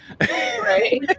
Right